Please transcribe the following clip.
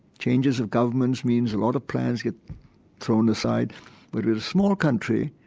changes of government means a lot of plans get thrown aside, but in a small country,